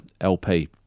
LP